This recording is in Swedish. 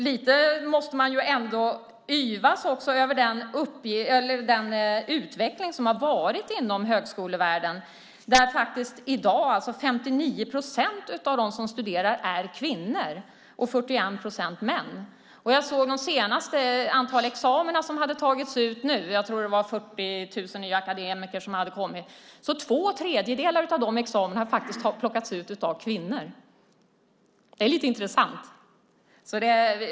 Lite måste man ändå yvas över den utveckling som har varit inom högskolevärden. I dag är 59 procent av dem som studerar kvinnor och 41 procent män. Jag såg de senaste siffrorna för antalet examina som nu hade tagits ut. Jag tror att det var 40 000 nya akademiker som hade tillkommit. Två tredjedelar av dessa examina har plockats ut av kvinnor. Det är lite intressant.